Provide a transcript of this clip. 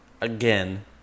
again